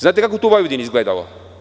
Znate kako je to u Vojvodin izgledalo?